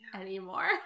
anymore